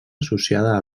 associada